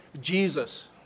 Jesus